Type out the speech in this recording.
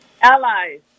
allies